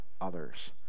others